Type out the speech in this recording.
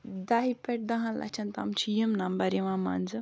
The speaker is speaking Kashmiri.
دَہہِ پٮ۪ٹھ دَہَن لَچھَن تام چھِ یِم نمبر یِوان منٛزٕ